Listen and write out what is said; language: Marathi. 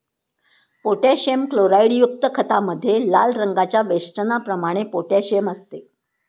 पोटॅशियम क्लोराईडयुक्त खतामध्ये लाल रंगाच्या वेष्टनाप्रमाणे पोटॅशियम असते